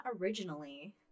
originally